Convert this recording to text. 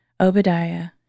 Obadiah